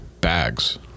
bags